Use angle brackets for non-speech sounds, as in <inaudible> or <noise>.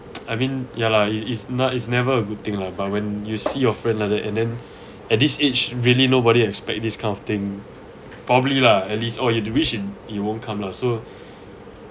<noise> I mean ya lah it's it's not it's never a good thing lah but when you see your friend like that and then <breath> at this age really nobody expect this kind of thing probably lah at least or you'd wish it won't come lah so <breath>